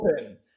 open